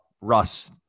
Russ